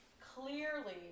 clearly